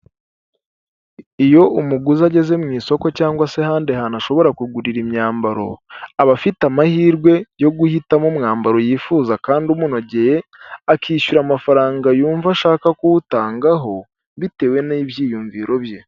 Iyo umuguzi ageze mu isoko cyangwa se ahandi hantu ashobora kugurira imyambaro, aba afite amahirwe yo guhitamo umwambaro yifuza kandi umunogeye, akishyura amafaranga yumva ashaka kuwutangaho bitewe n'ibyiyumviro bye.